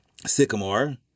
sycamore